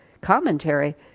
commentary